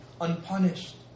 unpunished